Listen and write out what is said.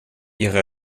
ihre